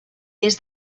des